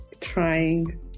trying